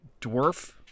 Dwarf